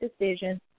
decision